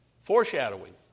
Foreshadowing